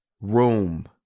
room